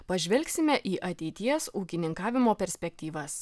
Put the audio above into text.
pažvelgsime į ateities ūkininkavimo perspektyvas